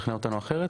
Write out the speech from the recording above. לשכנע אותנו אחרת?